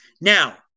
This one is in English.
Now